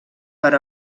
per